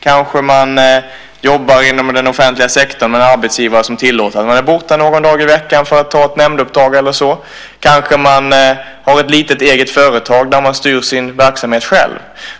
Man kanske jobbar inom den offentliga sektorn med en arbetsgivare som tillåter att man är borta någon dag i veckan för ett nämnduppdrag eller så. Man kanske har ett litet eget företag där man styr sin verksamhet själv.